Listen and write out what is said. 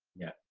yeah,